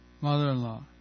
mother-in-law